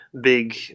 big